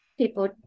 people